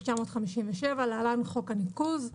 התשי"ח 1957‏ (להלן חוק הניקוז)